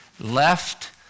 left